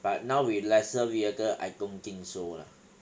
but now with lesser vehicle I don't think so lah